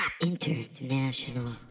International